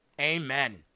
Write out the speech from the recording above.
Amen